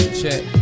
check